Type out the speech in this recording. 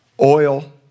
oil